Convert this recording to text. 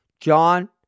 John